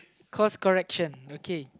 cause correction okay